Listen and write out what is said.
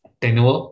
tenure